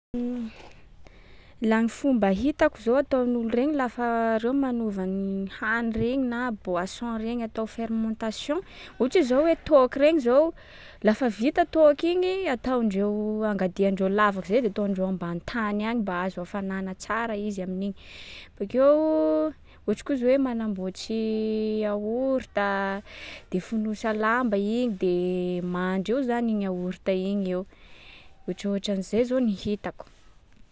Laha ny fomba hitako zao ataon’olo regny lafa reo manova ny hany regny na boisson regny atao fermentation: ohatsy zao hoe toaka regny zao, laha vita toaky igny, ataondreo- angadiandreo lavaky zay de ataondreo ambany tany any mba hahazo hafanana tsara izy amin’iny. Bakeo ohatry koa zao hoe manamboatry yaourt a, de fonosa lamba iny de mandry eo zany igny yaourt igny eo. Ohatraohatran’zay zao ny hitako.